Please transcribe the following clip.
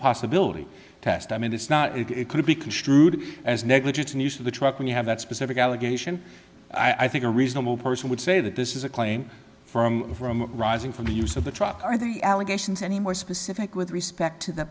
possibility test i mean it's not it could be construed as negligence and use of the truck when you have that specific allegation i think a reasonable person would say that this is a claim from rising from the use of the truck are the allegations any more specific with respect to th